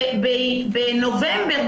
בנובמבר,